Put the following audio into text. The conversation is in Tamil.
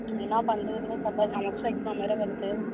ம் என்ன பண்ணுறதுனே தெரில செமஸ்டர் எக்ஸாம் வேறு வருது